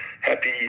happy